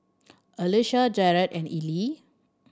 Elisha Jerad and Ellie